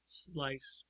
slice